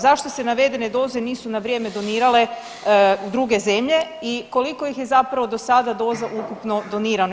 Zašto se navedene doze nisu na vrijeme donirale u druge zemlje i koliko ih je zapravo do sada doza ukupno donirano.